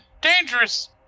dangerous